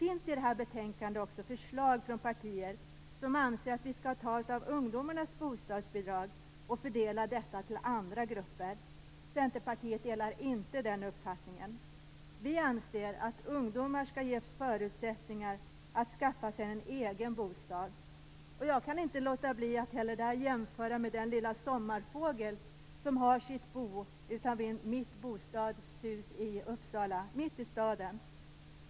I det här betänkandet finns också förslag från partier som anser att vi skall ta av ungdomarnas bostadsbidrag och fördela det till andra grupper. Centerpartiet delar inte den uppfattningen. Vi anser att ungdomar skall ges förutsättningar att skaffa sig en egen bostad. Jag kan inte låta bli att jämföra med den lilla sommarfågel som har sitt bo utanför min bostad i centrala Uppsala.